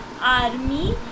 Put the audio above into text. army